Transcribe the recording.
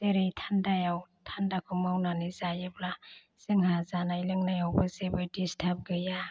जेरै थान्दायाव थान्दाखौ मावनानै जायोब्ला जोंहा जानाय लोंनायावबो जेबो दिस्थाब गैया